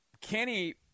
Kenny